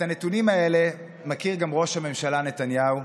את הנתונים האלה מכיר גם ראש הממשלה נתניהו,